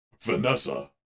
vanessa